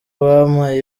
bampaye